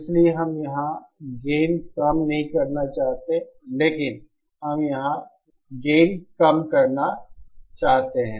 इसलिए हम यहां गेन कम नहीं करना चाहते हैं लेकिन हम यहां गेन कम करना चाहते हैं